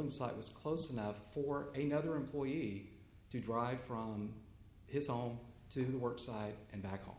inside was close enough for a nother employee to drive from his home to work side and back home